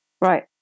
Right